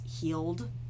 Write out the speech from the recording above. healed